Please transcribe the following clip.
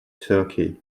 turkey